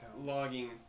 logging